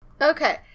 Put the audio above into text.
Okay